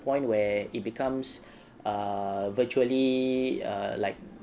point where it becomes err virtually err like